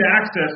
access